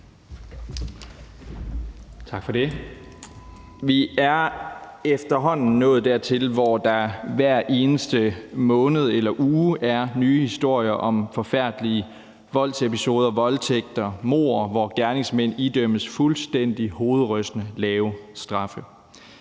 Tak for det. Vi er efterhånden nået dertil, hvor der hver eneste måned eller uge er nye historier om forfærdelige voldsepisoder, voldtægter og mord, hvor gerningsmænd idømmes fuldstændig hovedrystende lave straffe.